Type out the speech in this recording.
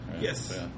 Yes